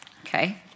Okay